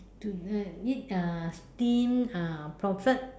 tonight eat uh steamed uh pomfret